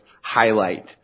highlight